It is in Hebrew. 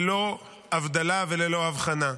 ללא הבדלה ולא הבחנה.